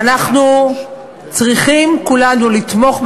ואנחנו צריכים כולנו לתמוך,